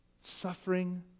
Suffering